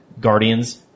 Guardians